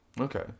Okay